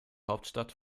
hauptstadt